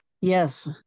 yes